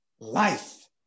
life